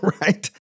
Right